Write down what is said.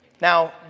Now